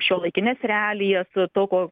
šiuolaikines realijas to ko